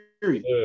period